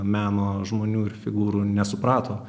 meno žmonių ir figūrų nesuprato